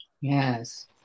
Yes